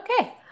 okay